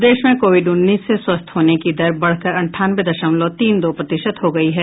प्रदेश में कोविड उन्नीस से स्वस्थ होने की दर बढ़कर अंठानवे दशमलव तीन दो प्रतिशत हो गयी है